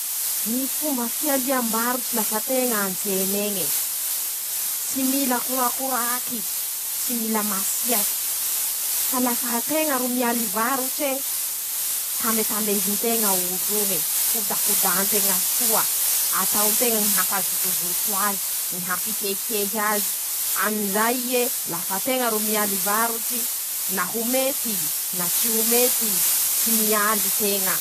Ñy fomba fialiam-barotsy lafa teña an-tsen'eñy e: -Tsy mila korakoraky, tsy mila masiaky; fa lafa teña ro mialy varotse, tambetambezy nteña olo'oñe kodakodà nteña soa. -Hataon-teña ñy hampazotozto azy, ñy hampihehihehy azy, am'izay ie lafa teña ro mialy varotsy, na ho mety ii na tsy ho mety ii, tsy mialy teñ.